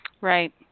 Right